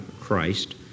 Christ